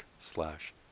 slash